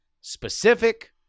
specific